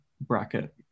bracket